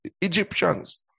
Egyptians